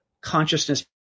consciousness